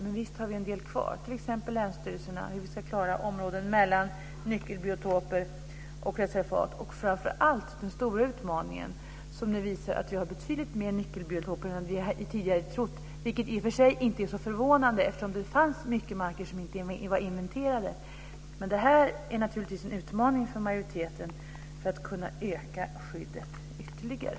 Men visst har vi en del kvar, t.ex. frågan om länsstyrelserna, hur vi ska klara områden mellan nyckelbiotoper och reservat och framför allt den stora utmaningen som nu visar att vi har betydligt mer nyckelbiotoper än vad tidigare har trott. Det är i och för sig inte så förvånande eftersom det fanns många marker som inte var inventerade. Men det här är naturligtvis en utmaning för majoriteten för att kunna öka skyddet ytterligare.